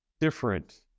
different